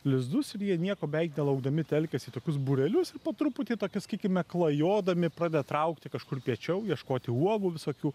lizdus ir jie nieko beveik nelaukdami telkiasi į tokius būrelius va po truputį toki sakykime klajodami pradeda traukti kažkur piečiau ieškoti uogų visokių